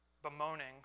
bemoaning